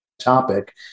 topic